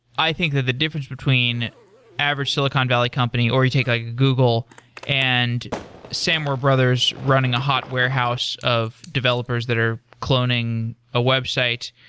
i think that the difference between average silicon valley company, or you take ah google and samwer brothers running a hot warehouse of developers that are cloning a website.